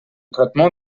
traitement